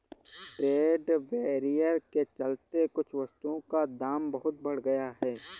trade barrier के चलते कुछ वस्तुओं का दाम बहुत बढ़ गया है